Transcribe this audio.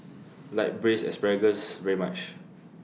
like Braised Asparagus very much